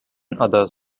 others